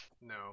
No